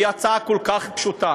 זו הצעה כל כך פשוטה: